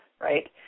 right